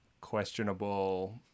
questionable